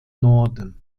norden